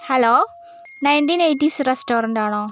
hello nineteen eighties റസ്റ്റോറൻ്റെ ആണോ